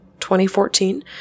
2014